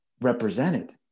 represented